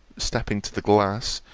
stepping to the glass,